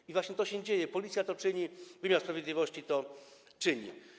I właśnie to się dzieje, Policja to czyni, wymiar sprawiedliwości to czyni.